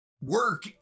work